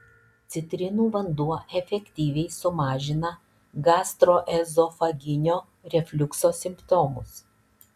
citrinų vanduo efektyviai sumažina gastroezofaginio refliukso simptomus